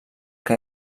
que